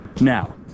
Now